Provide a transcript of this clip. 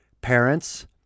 Parents